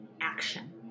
action